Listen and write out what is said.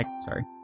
Sorry